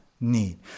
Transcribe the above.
need